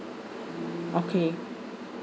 okay